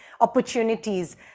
opportunities